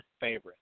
favorite